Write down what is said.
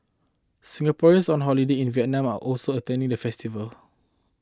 Singaporeans on holiday in Vietnam are also attended the festival